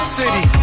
city